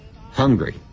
hungry